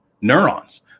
neurons